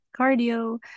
cardio